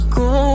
go